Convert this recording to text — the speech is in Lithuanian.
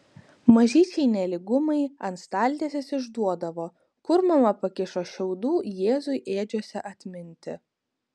mažyčiai nelygumai ant staltiesės išduodavo kur mama pakišo šiaudų jėzui ėdžiose atminti